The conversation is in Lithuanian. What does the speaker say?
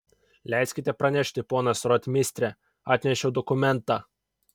leiskit pranešti ponas rotmistre atnešiau dokumentą